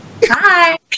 Hi